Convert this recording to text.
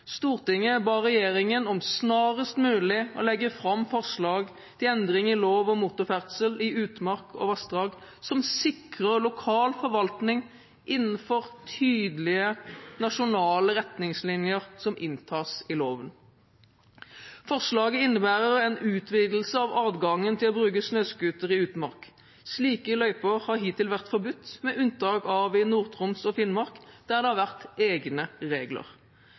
Stortinget ba regjeringen om snarest mulig å legge fram forslag til endring i lov om motorferdsel i utmark og vassdrag som sikrer lokal forvaltning innenfor tydelige, nasjonale retningslinjer som inntas i loven. Forslaget innebærer en utvidelse av adgangen til å bruke snøscooter i utmark. Slike løyper har hittil vært forbudt, med unntak av i Nord-Troms og Finnmark, der det har vært egne regler.